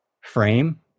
frame